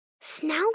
Snout